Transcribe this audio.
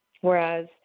Whereas